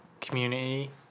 community